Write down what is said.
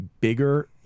bigger